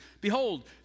Behold